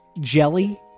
jelly